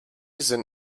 sind